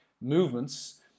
movements